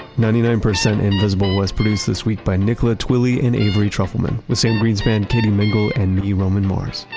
ninety nine percent invisible was produced this week by nicola twilley and avery trufleman, with sam greenspan, katie mingle and me, roman mars.